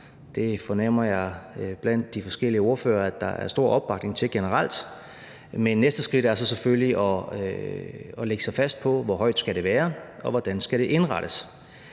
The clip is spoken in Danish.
Det fornemmer jeg at der blandt de forskellige ordførere er stor opbakning til generelt. Men næste skridt er så selvfølgelig at lægge sig fast på, hvor højt det skal være, og hvordan det skal indrettes.